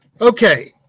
Okay